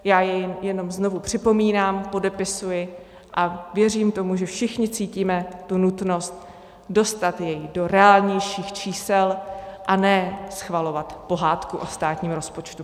Já jej jenom znovu připomínám, podepisuji a věřím tomu, že všichni cítíme tu nutnost dostat jej do reálnějších čísel, a ne schvalovat pohádku o státním rozpočtu.